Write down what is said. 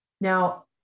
Now